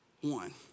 one